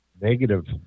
Negative